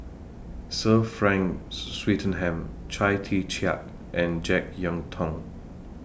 Sir Frank Swettenham Chia Tee Chiak and Jek Yeun Thong